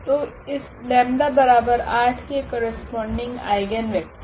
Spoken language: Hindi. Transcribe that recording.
तो इस 𝜆8 के करस्पोंडिंग आइगनवेक्टर